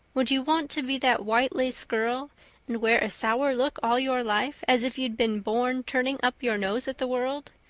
would you want to be that white-lace girl and wear a sour look all your life, as if you'd been born turning up your nose at the world?